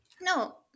No